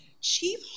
chief